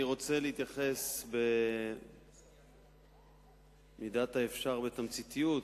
אני רוצה להתייחס במידת האפשר בתמציתיות,